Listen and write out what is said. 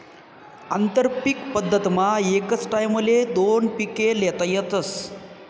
आंतरपीक पद्धतमा एकच टाईमले दोन पिके ल्हेता येतस